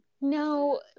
no